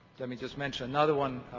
let me just mention another one,